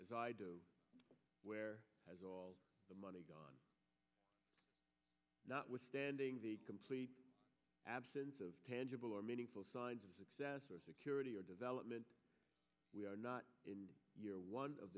as i do where has all the money gone notwithstanding the complete absence of tangible or meaningful signs of success or security or development we are not in year one of